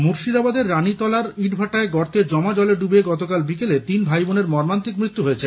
মুর্শিদাবাদের রানিতলার ইটভাটায় গর্তের জলে ডুবে গতকাল বিকেলে তিন ভাইবোনের মর্মান্তিক মৃত্যু হয়েছে